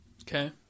Okay